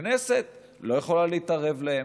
הכנסת לא יכולה להתערב להם,